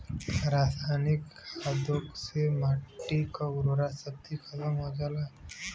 का रसायनिक खादों से माटी क उर्वरा शक्ति खतम हो जाला?